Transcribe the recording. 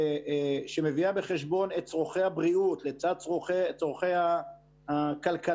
שמביאה בחשבון את צרכי הבריאות לצד צרכי הכלכלה,